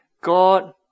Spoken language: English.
God